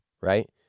right